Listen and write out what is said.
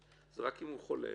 זה רק אם הוא חולה.